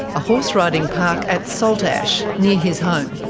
a horse-riding park at salt ash, near his home.